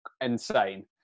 insane